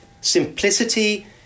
simplicity